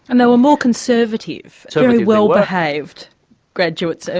and they were more conservative, so very well behaved graduates,